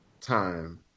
Time